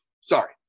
Sorry